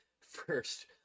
first